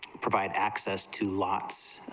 provide access to lots,